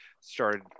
started